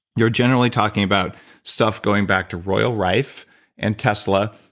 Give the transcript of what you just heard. you're generally talking about stuff going back to royal rife and tesla,